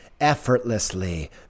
effortlessly